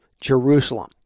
Jerusalem